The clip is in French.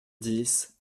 dix